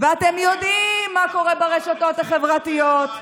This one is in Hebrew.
ואתם יודעים מה קורה ברשתות החברתיות.